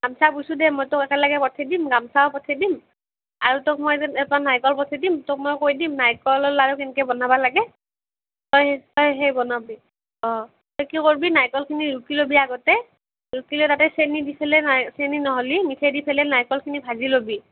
গামছা বুইছো দে মই তোক একেলগে পঠেই দিম গামছাও পঠেই দিম আৰু তোক মই এট এটা নাৰিকল পঠেই দিম তোক মই কৈ দিম নাৰিকলৰ লাৰু কেনকৈ বনাবা লাগে তই তই সেই বনাবি অঁ কি কৰবি নাৰিকলখিনি ৰুকি লবি আগতে ৰুকি লৈ তাতে চেনী দি ফেলে নাৰ চেনী নহ'লি মিঠেই দি ফেলে নাৰিকলখিনি ভাঁজি ল'বি